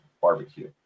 barbecue